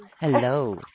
Hello